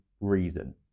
reason